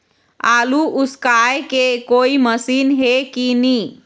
आलू उसकाय के कोई मशीन हे कि नी?